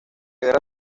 guerra